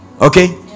Okay